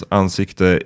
ansikte